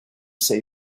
say